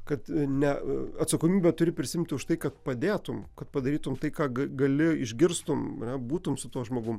kad ne atsakomybę turi prisiimti už tai kad padėtum kad padarytum tai ką ga gali išgirstum ar ne būtum su tuo žmogum